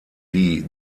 die